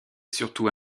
surtout